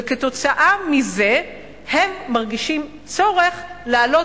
וכתוצאה מזה הם מרגישים צורך להעלות